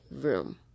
room